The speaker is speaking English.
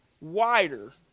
wider